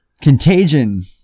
Contagion